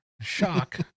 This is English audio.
Shock